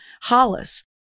Hollis